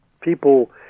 people